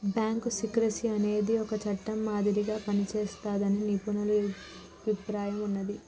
bank secrecy అనేది ఒక చట్టం మాదిరిగా పనిజేస్తాదని నిపుణుల అభిప్రాయం ఉన్నాది